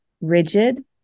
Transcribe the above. rigid